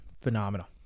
Phenomenal